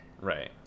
right